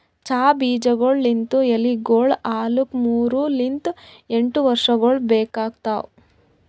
ಚಹಾ ಬೀಜಗೊಳ್ ಲಿಂತ್ ಎಲಿಗೊಳ್ ಆಲುಕ್ ಮೂರು ಲಿಂತ್ ಎಂಟು ವರ್ಷಗೊಳ್ ಬೇಕಾತವ್